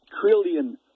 trillion